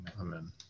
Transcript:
Amen